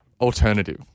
alternative